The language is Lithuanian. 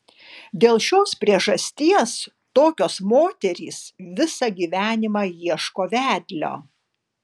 dėl šios priežasties tokios moterys visą gyvenimą ieško vedlio